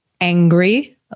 angry